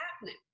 happening